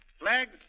Flags